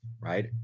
right